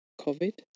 COVID